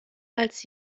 als